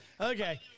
Okay